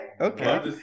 Okay